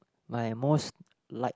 my most liked